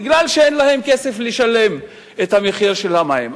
בגלל שאין להם כסף לשלם את המחיר של המים.